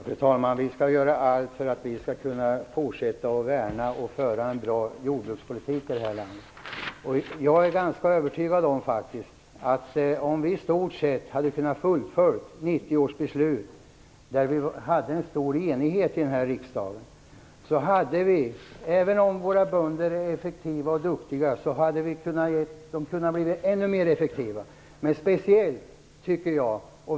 Fru talman! Vi skall göra allt för att vi skall kunna fortsätta att värna jordbruket och föra en bra jordbrukspolitik i detta land. Även om våra bönder är effektiva och duktiga är jag faktiskt ganska övertygad om att de hade de kunnat bli ännu mer effektiva om vi i stort hade kunnat fullfölja 1990 års beslut. Det fanns en stor enighet i riksdagen.